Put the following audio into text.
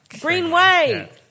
Greenway